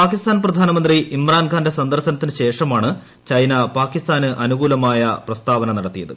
പാകിസ്ഥാൻ പ്രധാനമന്ത്രി ഇമ്രാൻഖാന്റെ സന്ദർശനത്തിനു ശേഷമാണ് ചൈന പാകിസ്ഥാന് അനുകൂലമായ പ്രസ്താവന നടത്തിയത്